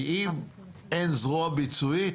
כי אם אין זרוע ביצועית,